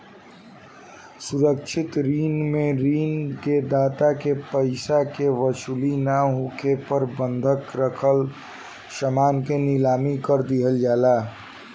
सुरक्षित ऋण में ऋण दाता के पइसा के वसूली ना होखे पर बंधक राखल समान के नीलाम कर दिहल जाला